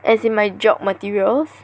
as in my job materials